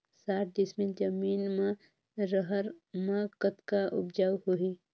साठ डिसमिल जमीन म रहर म कतका उपजाऊ होही?